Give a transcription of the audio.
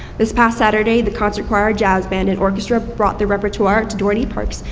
this past saturday, the concert choir, jazz band, and orchestra brought their repertoire to dorney park,